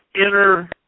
inner